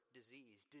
disease